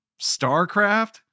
StarCraft